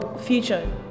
future